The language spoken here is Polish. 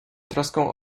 troską